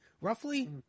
Roughly